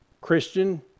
Christian